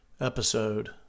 episode